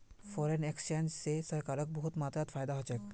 foreign exchange स सरकारक बहुत मात्रात फायदा ह छेक